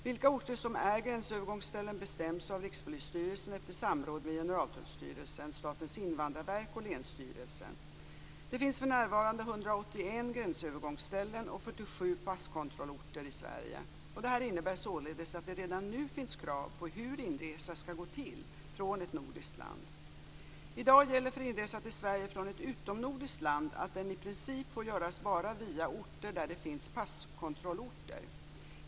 Vilka orter som är gränsövergångsställen bestäms av Rikspolisstyrelsen efter samråd med Generaltullstyrelsen, Statens invandrarverk och länsstyrelsen . Det finns för närvarande Sverige. Detta innebär således att det redan nu finns krav på hur inresa från ett nordiskt land skall gå till. I dag gäller för inresa till Sverige från ett utomnordiskt land att den i princip får göras bara via orter där det finns passkontroll .